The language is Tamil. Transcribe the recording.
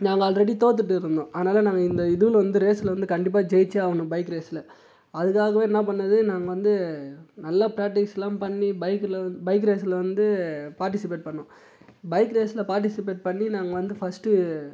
நாங்கள் ஆல்ரெடி தோர்த்துட்டு இருந்தோம் அதனால் நாங்கள் இந்த இதுவும் இந்த ரேஸில் வந்து கண்டிப்பாக ஜெயிச்சே ஆவணும் பைக் ரேஸில் அதுக்காகவே என்ன பண்ணது நாங்கள் வந்து நல்லா பிராக்டீஸ் எல்லாம் பண்ணி பைக்கில் பைக் ரேஸில் வந்து பார்ட்டிசிபேட் பண்ணோம் பைக் ரேஸில் பார்ட்டிசிபேட் பண்ணி நாங்கள் வந்து ஃபர்ஸ்ட்டு